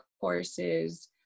courses